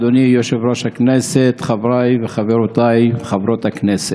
אדוני יושב-ראש הכנסת, חבריי וחברותיי חברי הכנסת,